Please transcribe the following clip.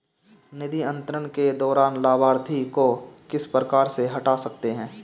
निधि अंतरण के दौरान लाभार्थी को किस प्रकार से हटा सकते हैं?